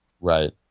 Right